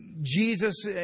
Jesus